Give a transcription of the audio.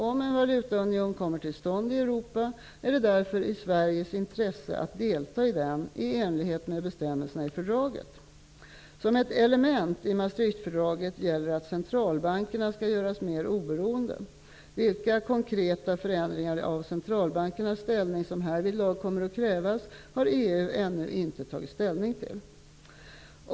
Om en valutaunion kommer till stånd i Europa är det därför i Sveriges intresse att delta i den i enlighet med bestämmelserna i fördraget. Som ett element i Maastrichtfördraget gäller att centralbankerna skall göras mer oberoende. Vilka konkreta förändringar av centralbankernas ställning som härvidlag kommer att krävas har EU ännu inte tagit ställning till.